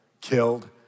killed